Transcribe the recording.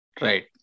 Right